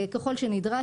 ככל שזה נדרש,